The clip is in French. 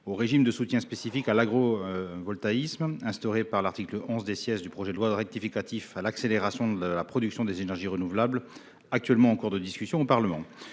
au régime de soutien spécifique à l'agrivoltaïsme, instauré par l'article 11 du projet de loi relatif à l'accélération de la production des énergies renouvelables, qui est en cours de discussion au Parlement.